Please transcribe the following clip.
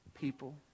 people